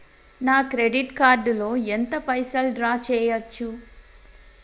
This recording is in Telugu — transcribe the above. నా క్రెడిట్ కార్డ్ లో ఎంత పైసల్ డ్రా చేయచ్చు?